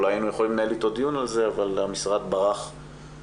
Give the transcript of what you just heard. אולי היינו יכולים לנהל איתו דיון על זה אבל המשרד ברח מהדיון.